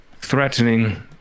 threatening